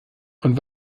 und